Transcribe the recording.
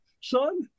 son